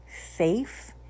safe